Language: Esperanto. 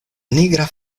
nigra